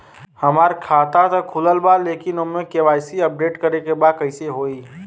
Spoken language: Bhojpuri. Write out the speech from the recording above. हमार खाता ता खुलल बा लेकिन ओमे के.वाइ.सी अपडेट करे के बा कइसे होई?